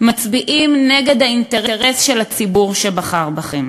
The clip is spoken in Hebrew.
מצביעים נגד האינטרס של הציבור שבחר בכם.